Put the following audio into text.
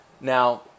Now